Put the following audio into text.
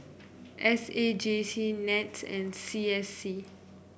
S A J C NETS and C S C